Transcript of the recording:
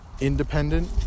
independent